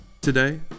Today